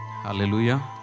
Hallelujah